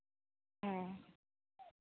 ᱦᱮᱸ